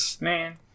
Man